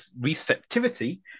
receptivity